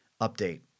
update